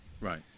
Right